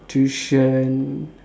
tuition